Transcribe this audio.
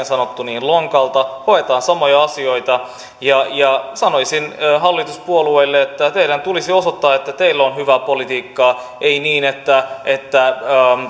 sanottu lonkalta hoetaan samoja asioita sanoisin hallituspuolueille että teidän tulisi osoittaa että teillä on hyvää politiikkaa ei niin että että